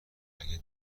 اگه